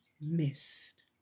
missed